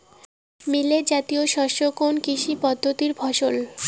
Millet জাতীয় শস্য কোন কৃষি পদ্ধতির ফসল?